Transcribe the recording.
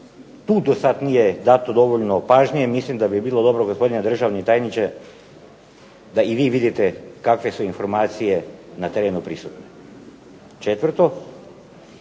tu dosad nije dato dovoljno pažnje mislim da bi bilo dobro gospodine državni tajniče da i vi vidite kakve su informacije na terenu prisutne. Četvrto,